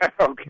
Okay